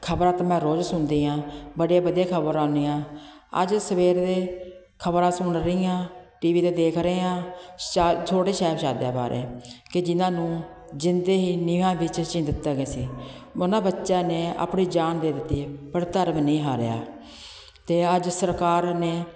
ਖਬਰਾਂ ਤਾਂ ਮੈਂ ਰੋਜ਼ ਸੁਣਦੀ ਹਾਂ ਬੜੀਆਂ ਵਧੀਆ ਖਬਰਾਂ ਆਉਂਦੀਆਂ ਅੱਜ ਸਵੇਰੇ ਖਬਰਾਂ ਸੁਣ ਰਹੀ ਹਾਂ ਟੀ ਵੀ 'ਤੇ ਦੇਖ ਰਹੇ ਹਾਂ ਚਾ ਛੋਟੇ ਸਾਹਿਬਜ਼ਾਦਿਆਂ ਬਾਰੇ ਕਿ ਜਿਹਨਾਂ ਨੂੰ ਜਿਉਂਦੇ ਹੀ ਨੀਹਾਂ ਵਿੱਚ ਚਿਣ ਦਿੱਤਾ ਗਿਆ ਸੀ ਉਨ੍ਹਾਂ ਬੱਚਿਆ ਨੇ ਆਪਣੀ ਜਾਨ ਦੇ ਦਿੱਤੀ ਪਰ ਧਰਮ ਨਹੀਂ ਹਾਰਿਆ ਅਤੇ ਅੱਜ ਸਰਕਾਰ ਨੇ